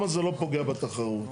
רגע.